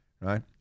right